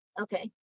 Okay